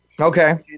Okay